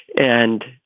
and,